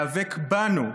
להיאבק בנו,